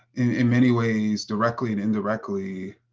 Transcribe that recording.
in many ways directly and indirectly,